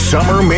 Summer